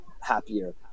happier